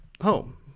Home